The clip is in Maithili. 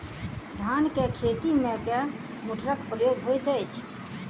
धान केँ खेती मे केँ मोटरक प्रयोग होइत अछि?